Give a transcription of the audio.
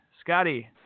Scotty